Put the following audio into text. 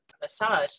massage